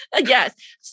Yes